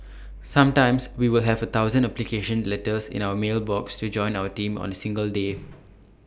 sometimes we will have A thousand application letters in our mail box to join our team on A single day